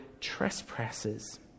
trespasses